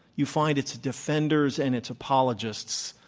you find its defenders and its apologists,